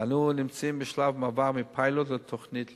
ואנו נמצאים בשלב מעבר מפיילוט לתוכנית לאומית.